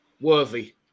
worthy